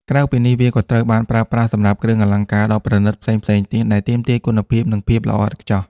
ក្រៅពីនេះ វាក៏ត្រូវបានប្រើប្រាស់សម្រាប់គ្រឿងអលង្ការដ៏ប្រណិតផ្សេងៗទៀតដែលទាមទារគុណភាព និងភាពល្អឥតខ្ចោះ។